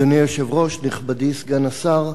אדוני היושב-ראש, נכבדי סגן השר,